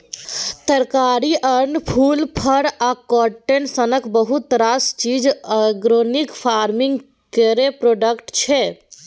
तरकारी, अन्न, फुल, फर आ काँटन सनक बहुत रास चीज आर्गेनिक फार्मिंग केर प्रोडक्ट छै